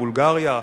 בולגריה,